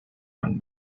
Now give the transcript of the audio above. young